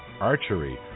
archery